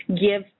give